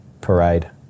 parade